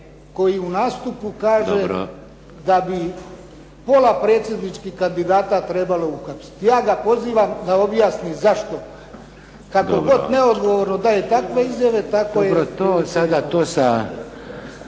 Niko (HDZ)** Da bi pola predsjedničkih kandidata trebalo uhapsiti. Ja ga pozivam da objasni zašto. Kako god neodgovorno daje takve izjave… **Šeks, Vladimir (HDZ)** Dobro, to sada, to sad